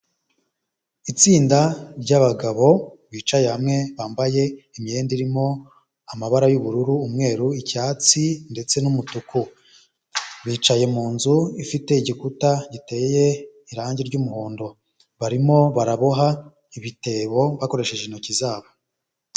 Itsinda ry'abagabo bicaye hamwe bambaye imyenda irimo amabara y'ubururu, umweru, icyatsi ndetse n'umutuku. Bicaye mu nzu ifite igikuta giteye irangi ry'umuhondo barimo baraboha ibitebo bakoresheje intoki zabo.